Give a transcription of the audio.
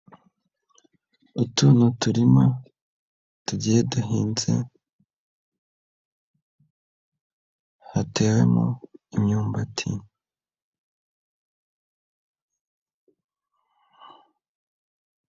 Utu ni uturima tugiye duhinze, hatewemo imyumbati.